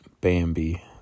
Bambi